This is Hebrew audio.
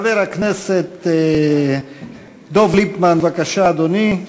חבר הכנסת דב ליפמן, בבקשה, אדוני.